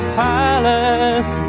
palace